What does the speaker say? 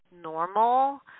normal